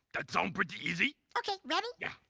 that sounds pretty easy. okay ready? yeah.